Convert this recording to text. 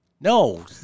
No